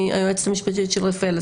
היועצת המשפטית של רפאל.